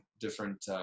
different